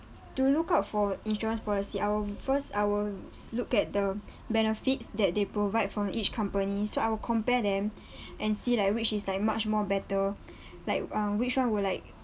to look out for insurance policy I will first I will look at the benefits that they provide from each company so I will compare them and see like which is like much more better like um which one will like